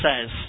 says